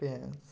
পেঁয়াজ